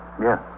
Yes